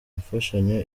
mfashanyo